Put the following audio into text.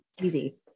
easy